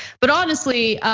but honestly,